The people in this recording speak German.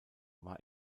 war